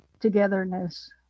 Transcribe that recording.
togetherness